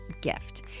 gift